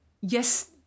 yes